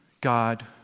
God